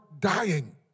Dying